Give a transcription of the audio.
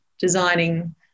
designing